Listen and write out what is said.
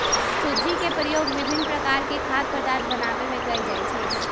सूज्ज़ी के प्रयोग विभिन्न प्रकार के खाद्य पदार्थ बनाबे में कयल जाइ छै